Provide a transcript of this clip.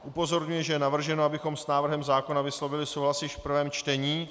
Upozorňuji, že je navrženo, abychom s návrhem zákona vyslovili souhlas již v prvém čtení.